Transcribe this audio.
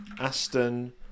Aston